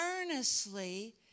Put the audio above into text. earnestly